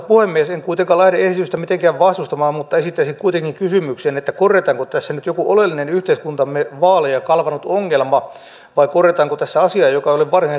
en kuitenkaan lähde esitystä mitenkään vastustamaan mutta esittäisin kuitenkin kysymyksen korjataanko tässä nyt joku oleellinen yhteiskuntamme vaaleja kalvanut ongelma vai korjataanko tässä asia joka ei ole varsinaisesti rikki